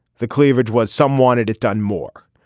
the cleavage was some wanted it done more.